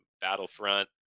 Battlefront